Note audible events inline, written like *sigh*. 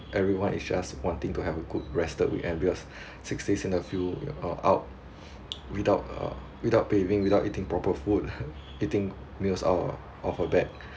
everyone is just wanting to have a good rested weekend because six days in the field without without uh without bathing without eating proper food *laughs* eating meals out of of a bag